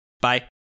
Bye